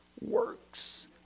works